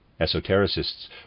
Esotericists